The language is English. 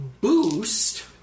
boost